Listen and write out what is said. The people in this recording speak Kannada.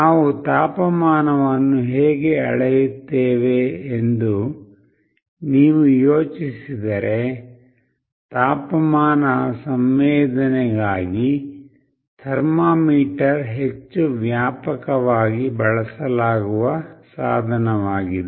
ನಾವು ತಾಪಮಾನವನ್ನು ಹೇಗೆ ಅಳೆಯುತ್ತೇವೆ ಎಂದು ನೀವು ಯೋಚಿಸಿದರೆ ತಾಪಮಾನ ಸಂವೇದನೆಗಾಗಿ ಥರ್ಮಾಮೀಟರ್ ಹೆಚ್ಚು ವ್ಯಾಪಕವಾಗಿ ಬಳಸಲಾಗುವ ಸಾಧನವಾಗಿದೆ